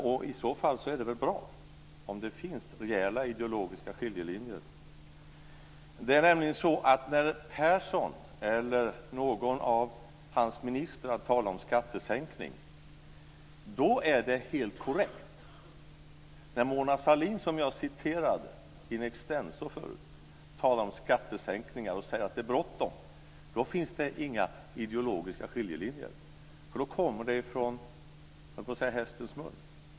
Det är väl i så fall bra om det finns rejäla ideologiska skiljelinjer. När Persson eller någon av hans ministrar talar om skattesänkning är det helt korrekt. När jag citerar Mona Sahlin - in extenso - där hon säger att det är bråttom med skattesänkningar finns det inga ideologiska skiljelinjer. Då kommer det från hästens mun.